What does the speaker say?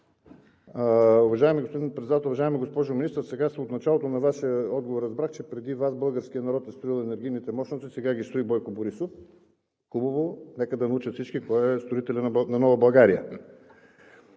Уважаема госпожо Министър, от началото на Вашия отговор разбрах, че преди Вас българският народ е строил енергийните мощности, сега ги строи Бойко Борисов. Хубаво, нека да научат всички кой е строителят на Нова България.